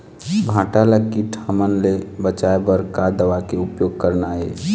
भांटा ला कीट हमन ले बचाए बर का दवा के उपयोग करना ये?